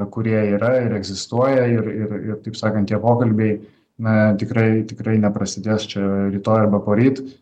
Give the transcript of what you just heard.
kurie yra ir egzistuoja ir ir ir taip sakant tie pokalbiai na tikrai tikrai neprasidės čia rytoj arba poryt